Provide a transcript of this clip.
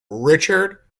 richard